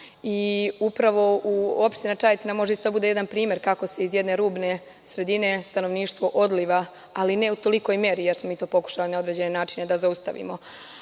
Upravo Opština Čajetina može da bude jedan primer kako se iz jedne rubne sredine stanovništvo odliva, ali ne u tolikoj meri, jer smo mi to pokušali na određene načine da zaustavimo,